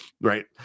right